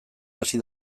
hasi